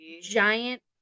giant